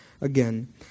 again